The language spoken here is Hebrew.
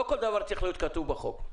לא כל דבר צריך להיות כתוב בחוק.